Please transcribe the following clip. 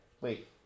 Wait